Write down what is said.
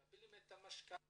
מקבלים את המשכנתא